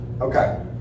okay